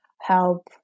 help